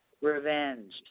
Revenge